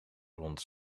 rond